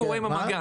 מה קורה עם המאגר?